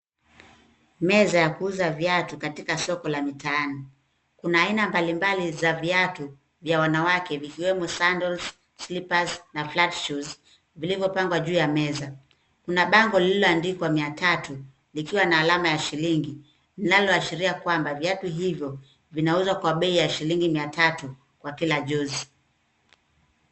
Meza ya kuuza viatu katika soko la mitaani. Kuna aina mbalimbali za viatu vya wanawake vikiwemo sandals , slippers , na flat shoes vilivyopangwa juu ya meza. Kuna bango lililoandikwa mia tatu, vikiwa na alama ya shilingi, linaloashiria kwamba viatu hivyo vinauzwa kwa bei ya shilingi mia tatu kwa kila jozi.